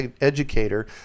educator